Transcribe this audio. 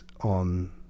on